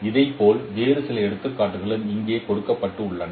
இதேபோல் வேறு சில எடுத்துக்காட்டுகளும் இங்கே கொடுக்கப்பட்டுள்ளன